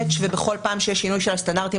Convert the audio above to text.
ובכל פעם שיש שינוי של הסטנדרטים